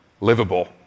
livable